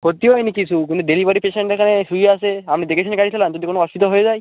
ক্ষতি হয়নি কিছু কিন্তু ডেলিভারি পেশেন্ট এখানে শুয়ে আছে আপনি দেখেশুনে গাড়ি চালান যদি কোনো অসুবিধা হয়ে যায়